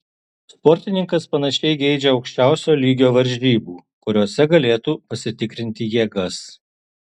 sportininkas panašiai geidžia aukščiausio lygio varžybų kuriose galėtų pasitikrinti jėgas